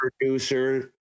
producer